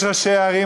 יש ראשי ערים,